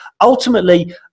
Ultimately